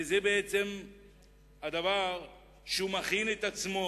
ולזה בעצם הוא מכין את עצמו,